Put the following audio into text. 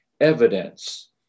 evidence